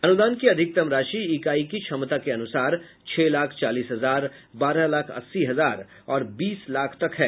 अनुदान की अधिकतम राशि इकाई की क्षमता के अनुसार छह लाख चालीस हजार बारह लाख अस्सी हजार और बीस लाख तक है